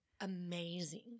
amazing